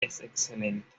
excelente